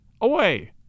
Away